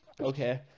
Okay